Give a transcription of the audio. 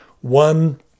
one